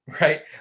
right